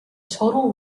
total